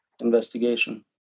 investigation